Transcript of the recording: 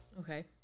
Okay